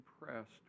impressed